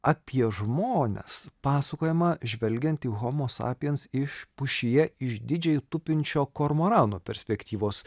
apie žmones pasakojama žvelgiant į homo sapiens iš pušyje išdidžiai tupinčio kormorano perspektyvos